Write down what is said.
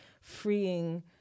freeing